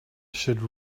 should